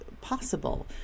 possible